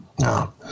no